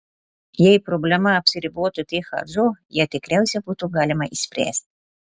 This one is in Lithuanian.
jei problema apsiribotų tik hadžu ją tikriausiai būtų galima išspręsti